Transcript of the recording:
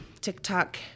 TikTok